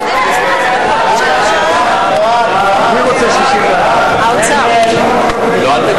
ההסתייגות של קבוצת סיעת בל"ד,